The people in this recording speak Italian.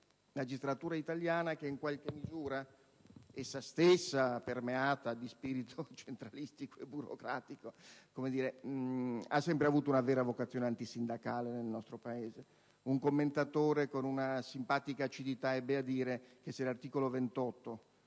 magistratura italiana in qualche misura essa stessa permeata di spirito centralistico e burocratico, che ha sempre avuto una vera vocazione antisindacale nel nostro Paese. Un commentatore con simpatica acidità ebbe a dire che, se l'articolo 28